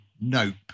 Nope